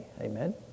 amen